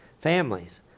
families